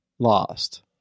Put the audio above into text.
lost